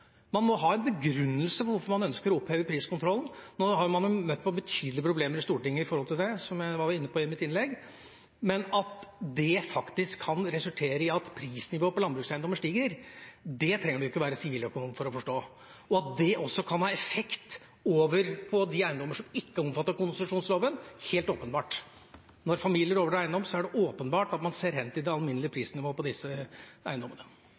Man må ha en begrunnelse for hvorfor man ønsker å oppheve priskontrollen. Nå har man møtt på betydelige problemer i Stortinget med det, som jeg var inne på i mitt innlegg. Men at å oppheve priskontrollen faktisk kan resultere i at prisnivået på landbrukseiendommer stiger, det trenger man ikke å være siviløkonom for å forstå, og at det også kan ha effekt over på de eiendommer som ikke er omfattet av konsesjonsloven, er helt åpenbart. Når familier overtar eiendom, er det åpenbart at man ser hen til det alminnelige prisnivået på disse eiendommene.